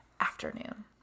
afternoon